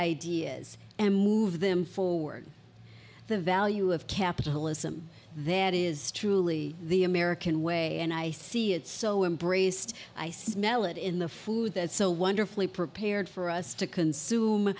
ideas and move them forward the value of capitalism that is truly the american way and i see it so embraced i smell it in the food that so wonderfully prepared for us to consume